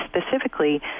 specifically